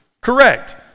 Correct